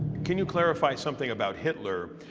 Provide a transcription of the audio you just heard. can you clarify something about hitler?